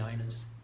owners